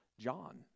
John